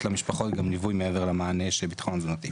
למשפחות גם ליווי מעבר למענה של הביטחון התזונתי.